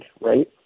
right